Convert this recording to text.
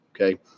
Okay